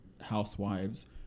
housewives